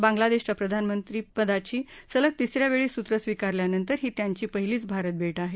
बांग्लादेशाच्या प्रधानमंत्री पदीची सलग तिसऱ्यावेळी सूत्र स्विकारल्यानंतर ही त्यांची पहिलीच भारतभेट आहे